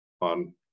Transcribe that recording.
on